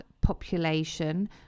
population